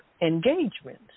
engagement